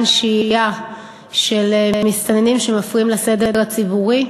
שהייה של מסתננים שמפריעים לסדר הציבורי.